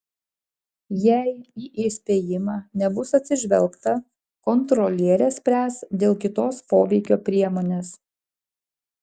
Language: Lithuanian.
jei į įspėjimą nebus atsižvelgta kontrolierė spręs dėl kitos poveikio priemonės